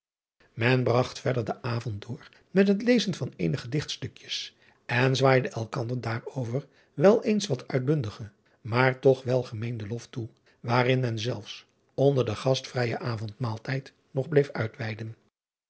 en bragt verder den avond door met het lezen van driaan oosjes zn et leven van illegonda uisman eenige dichtstukjes en zwaaide elkander daarover wel eens wat uitbundigen maar toch wel gemeenden lof toe waarin men zelfs onder den gastvrijen avondmaaltijd nog bleef uitweiden